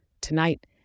Tonight